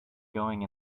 going